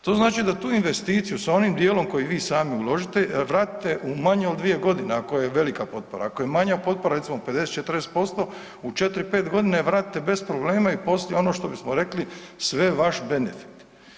To znači da tu investiciju sa onim dijelom koji vi sami uložite vratite u manje od 2.g. ako je velika potpora, ako je manja potpora recimo 50-40% u 4-5.g. je vratite bez problema i poslije ono što bismo rekli sve je vaš benefit.